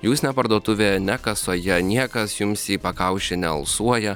jūs ne parduotuvė ne kasoje niekas jums į pakaušį nealsuoja